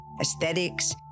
aesthetics